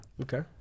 Okay